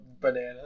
banana